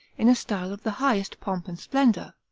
in a style of the highest pomp and splendor.